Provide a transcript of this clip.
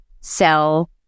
sell